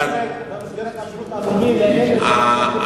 במסגרת השירות הלאומי לאלה שלא משרתים בצבא,